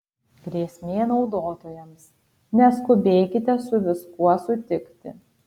grėsmė naudotojams neskubėkite su viskuo sutikti